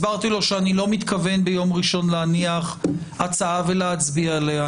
הסברתי לו שאני לא מתכוון ביום ראשון להניח הצעה ולהצביע עליה.